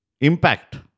Impact